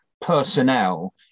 personnel